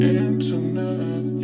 internet